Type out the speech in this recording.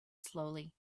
slowly